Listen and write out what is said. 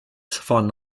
von